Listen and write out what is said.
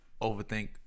Overthink